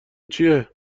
چیه